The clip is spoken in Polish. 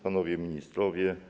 Panowie Ministrowie!